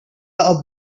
are